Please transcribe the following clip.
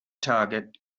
target